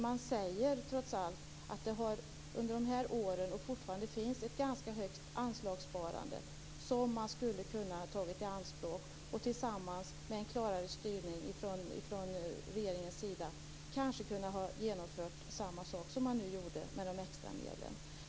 Man säger trots allt att det under de senare åren och fortfarande finns ett ganska högt anslagssparande som man skulle kunna ta i anspråk och att man, om det dessutom hade skett en klarare styrning från regeringens sida, kanske hade kunnat genomföra samma sak som man nu gjorde med de extra medlen.